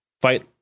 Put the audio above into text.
fight